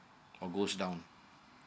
oh goes down